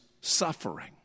suffering